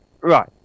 Right